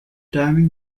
timing